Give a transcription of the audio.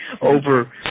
Over